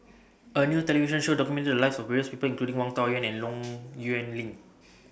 A New television Show documented The Lives of various People including Wang Dayuan and Low Yuan Ling